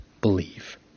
believe